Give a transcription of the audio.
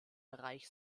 bereich